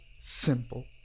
simple